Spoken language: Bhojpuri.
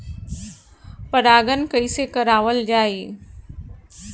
परागण कइसे करावल जाई?